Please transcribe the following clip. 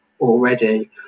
already